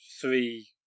three